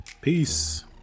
Peace